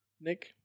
Nick